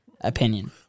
opinion